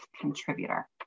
contributor